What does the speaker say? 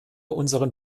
unseren